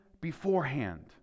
beforehand